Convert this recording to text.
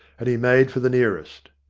and he made for the nearest.